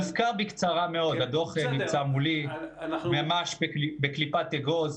הוא מוזכר בקצרה מאוד - הדוח נמצא מולי - ממש בקליפת אגוז,